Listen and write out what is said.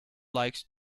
likes